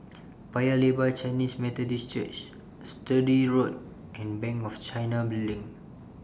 Paya Lebar Chinese Methodist Church Sturdee Road and Bank of China Building